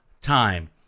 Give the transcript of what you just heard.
Time